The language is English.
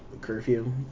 curfew